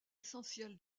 essentiel